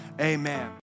amen